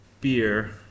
beer